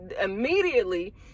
Immediately